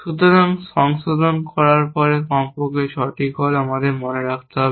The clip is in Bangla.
সুতরাং সংশোধন করার জন্য কমপক্ষে 6টি কল আমাদের মনে রাখতে হবে